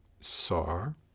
Sar